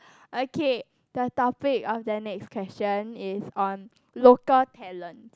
okay the topic of the next question is on local talent